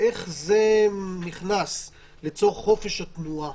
איך זה נכנס לצורך חופש התנועה?